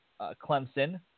Clemson